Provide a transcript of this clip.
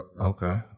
Okay